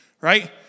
right